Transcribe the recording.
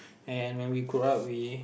and when we grow up we